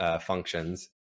functions